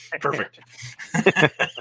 Perfect